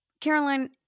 Caroline